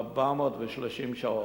430 שעות.